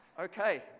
Okay